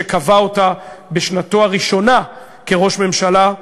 שקבע אותה בשנתו הראשונה כראש ממשלה,